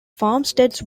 farmsteads